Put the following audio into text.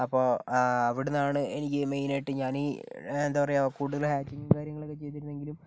അപ്പം അവിടുന്നാണ് എനിക്ക് മെയിൻ ആയിട്ട് ഞാന് എന്താ പറയുക കൂടുതലും ഹാക്കിങ് കാര്യങ്ങളൊക്കെ ചെയ്തിരുന്നെങ്കിലും